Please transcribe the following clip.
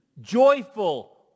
joyful